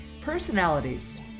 Personalities